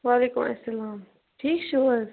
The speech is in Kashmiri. وعلیکُم اَلسَلام ٹھیٖک چھُو حظ